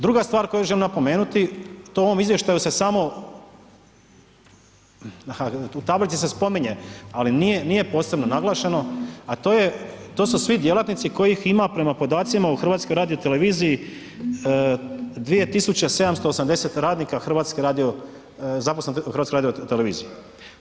Druga stvar koju želim napomenuti, u ovom izvještaju se samo, a u tablici se spominje ali nije posebno naglašeno, a to je, to su svi djelatnici kojih ima prema podacima u HRT-u 2.780 radnika zaposleno u HRT-u.